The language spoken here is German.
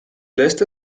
lässt